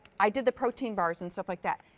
i did a protein bars and stuff like that.